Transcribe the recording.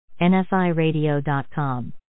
NFIRadio.com